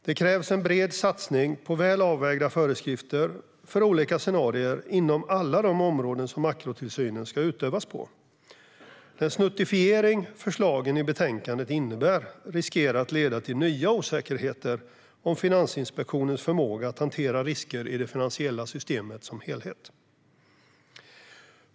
Det krävs en bred satsning på väl avvägda föreskrifter för olika scenarier inom alla de områden som makrotillsynen ska utövas på. Den snuttifiering förslagen i betänkandet innebär riskerar att leda till ny osäkerhet om Finansinspektionens förmåga att hantera risker i det finansiella systemet som helhet.